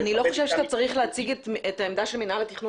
אני לא חושבת שאתה צריך להציג את העמדה של מינהל התכנון